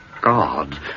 God